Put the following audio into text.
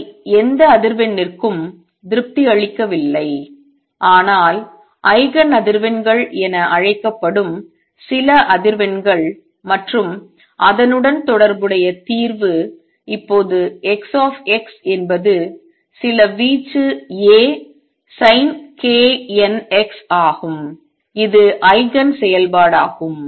இவை எந்த அதிர்வெண்ணிற்கும் திருப்தி அளிக்கவில்லை ஆனால் ஐகன் அதிர்வெண்கள் என அழைக்கப்படும் சில அதிர்வெண்கள் மற்றும் அதனுடன் தொடர்புடைய தீர்வு இப்போது X என்பது சில வீச்சு A sinknx ஆகும் இது ஐகன் செயல்பாடாகும்